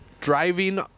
driving